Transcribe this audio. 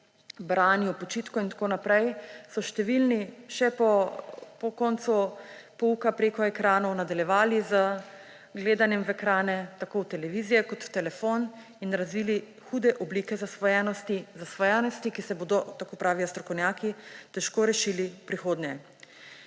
branju, počitku in tako naprej, so številni še po koncu pouka preko ekranov nadaljevali z gledanjem v ekrane, tako v televizije kot v telefon, in razvili hude oblike zasvojenosti; zasvojenosti, ki se jo bodo, tako pravijo strokovnjaki, težko rešili v prihodnje.